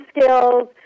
skills